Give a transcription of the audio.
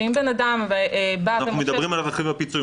שאם בן אדם מושך --- אנחנו מדברים על רכיב הפיצויים,